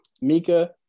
Mika